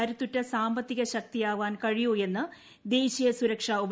കരുത്തുറ്റ സാമ്പത്തിക ശക്തിയാകാൻ കഴിയൂ എന്ന് ദേശീയ സുരക്ഷാ ഉപദേഷ്ടാവ്